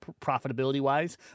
profitability-wise